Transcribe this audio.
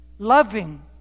Loving